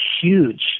huge